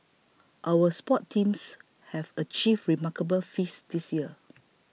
our sports teams have achieved remarkable feats this year